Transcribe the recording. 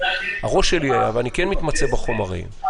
ואני מתמצא בחומרים,